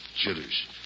Jitters